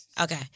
Okay